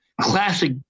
classic